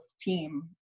team